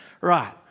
Right